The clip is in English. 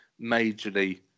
majorly